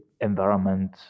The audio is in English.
environment